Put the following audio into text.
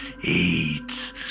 eat